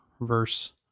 verse